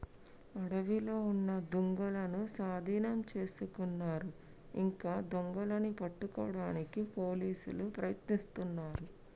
అడవిలో ఉన్న దుంగలనూ సాధీనం చేసుకున్నారు ఇంకా దొంగలని పట్టుకోడానికి పోలీసులు ప్రయత్నిస్తున్నారు